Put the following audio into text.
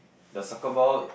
the soccer ball